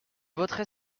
voterai